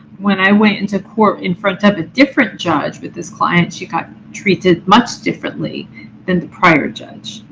when i went into court in front of a different judge with this client, she got treated much differently than the prior judge.